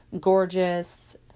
gorgeous